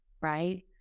right